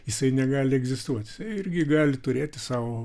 jisai negali egzistuot irgi gali turėti savo